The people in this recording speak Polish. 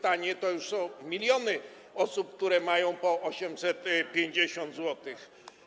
To już są miliony osób, które mają po 850 zł.